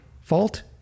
fault